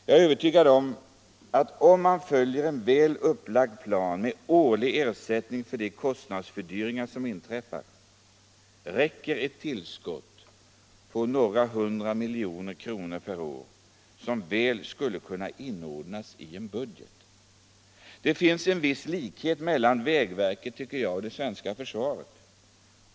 Jag är övertygad om att om man följer en väl upplagd plan med årlig ersättning för de kostnadsfördyringar som inträffar, räcker ett tillskott på några hundra miljoner kronor per år, som väl skulle kunna inordnas i en budget. Det finns en viss likhet mellan vägverket och det svenska försvaret.